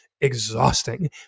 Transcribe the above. exhausting